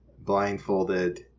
blindfolded